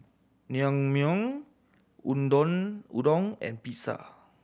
Naengmyeon Udon and Pizza